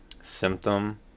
symptom